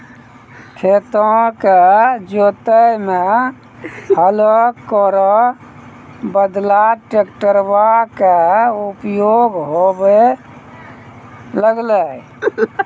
खेतो क जोतै म हलो केरो बदला ट्रेक्टरवा कॅ उपयोग होबे लगलै